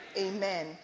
amen